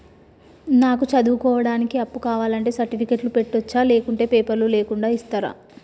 నాకు చదువుకోవడానికి అప్పు కావాలంటే సర్టిఫికెట్లు పెట్టొచ్చా లేకుంటే పేపర్లు లేకుండా ఇస్తరా?